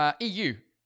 EU